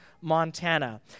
Montana